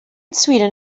sweden